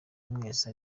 mwese